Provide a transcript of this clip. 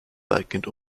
weitgehend